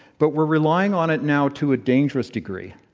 but we're relying on it now to a dangerous degree.